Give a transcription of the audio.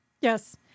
Yes